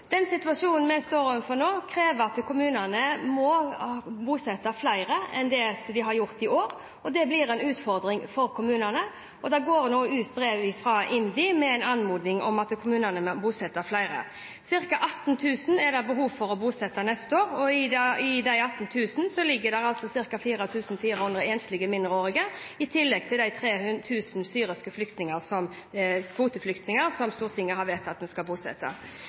Den situasjonen vi står overfor nå, krever at kommunene må bosette flere enn det de har gjort i år, og det blir en utfordring for dem. Det går nå ut brev fra IMDi med en anmodning om at kommunene må bosette flere. Cirka 18 000 er det behov for å bosette neste år, og i de 18 000 ligger det altså ca. 4 400 enslige mindreårige, i tillegg til de 3 000 syriske kvoteflyktningene som Stortinget har vedtatt vi skal bosette.